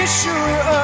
sure